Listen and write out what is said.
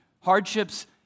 Hardships